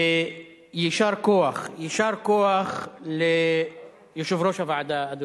יישר כוח ליושב-ראש הוועדה.